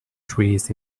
trees